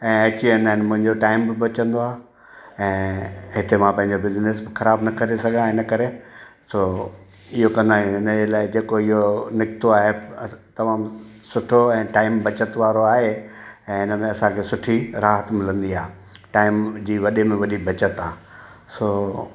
ऐं अची वेंदा आहिनि मुंहिंजो टाईम बि बचंदो आहे ऐं हिते मां पंहिंजो बिजिनिस ख़राबु न करे सघां इनकरे सो इहो कंदा आहियूं हिनजे लाइ जेको इहो निकितो आहे ऐप तमामु सुठो ऐप ऐं टाईम बचति वारो आहे ऐं हिन में असांखे सुठी राहति मिलंदी आहे टाईम जी वॾे में वॾी बचति आहे सो